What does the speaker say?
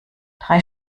drei